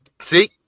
see